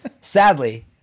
sadly